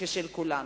כשל כולנו.